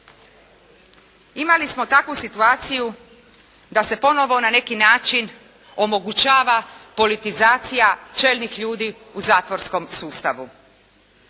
imali smo takvu situaciju da se ponovo na neki način omogućava politizacija čelnih ljudi u zatvorskom sustavu,